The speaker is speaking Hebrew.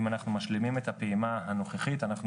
אם אנחנו משלימים את הפעימה הנוכחית אנחנו